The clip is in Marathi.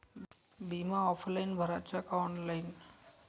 बिमा ऑफलाईन भराचा का ऑनलाईन?